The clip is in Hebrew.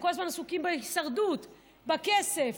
הם כל הזמן עסוקים בהישרדות, בכסף,